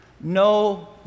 No